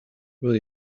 will